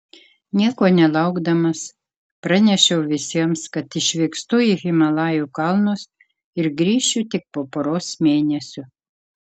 nieko nelaukdamas pranešiau visiems kad išvykstu į himalajų kalnus ir grįšiu tik po poros mėnesių